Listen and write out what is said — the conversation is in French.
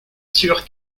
sûr